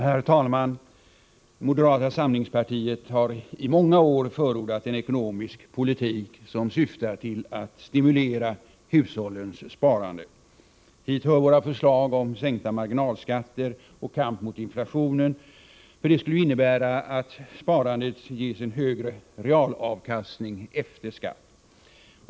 Herr talman! Moderata samlingspartiet har i många år förordat en ekonomisk politik som syftar till att stimulera hushållens sparande. Hit hör våra förslag om sänkta marginalskatter och kamp mot inflationen, för det skulle innebära att sparandet ges en högre realavkastning efter skatt.